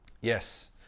Yes